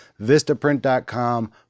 vistaprint.com